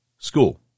School